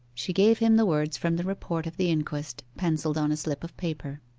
she gave him the words from the report of the inquest, pencilled on a slip of paper.